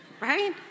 right